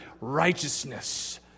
righteousness